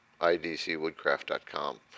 idcwoodcraft.com